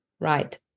Right